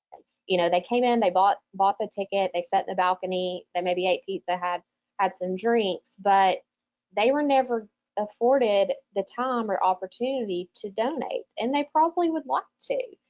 you know they came in, they bought bought the ticket, they sat in the balcony, they maybe ate pizza had had some drinks, but they were never afforded the time or opportunity to donate and they probably would want to,